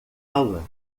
aula